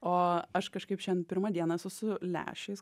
o aš kažkaip šiandien pirmą dieną esu su lęšiais